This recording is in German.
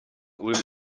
ulm